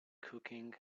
cooking